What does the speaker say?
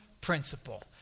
principle